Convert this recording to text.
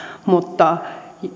mutta